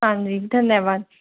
हाँ जी धन्यवाद